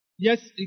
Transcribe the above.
Yes